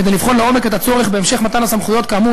כדי לבחון לעומק את הצורך בהמשך מתן הסמכויות כאמור